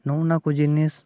ᱱᱚᱜᱼᱚ ᱱᱚᱣᱟ ᱠᱚ ᱡᱤᱱᱤᱥ